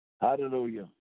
Hallelujah